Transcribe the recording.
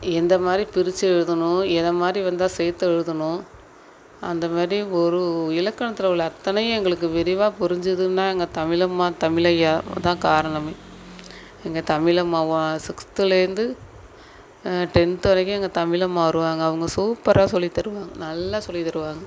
எந்த மாதிரி பிரித்து எழுதணும் எது மாதிரி வந்தால் சேர்த்து எழுதணும் அந்த மாதிரி ஒரு இலக்கணத்தில் உள்ள அத்தனையும் எங்களுக்கு விரிவாக புரிஞ்சுதுன்னா எங்கள் தமிழ் அம்மா தமிழ் ஐயா தான் காரணமே எங்கள் தமிழ் அம்மா வ சிக்ஸ்த்துலேருந்து டென்த் வரைக்கும் எங்கள் தமிழ் அம்மா வருவாங்க அவங்க சூப்பராக சொல்லி தருவாங்க நல்லா சொல்லி தருவாங்க